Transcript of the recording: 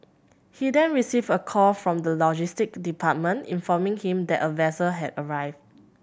he then received a call from the logistic department informing him that a vessel had arrived